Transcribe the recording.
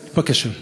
בבקשה.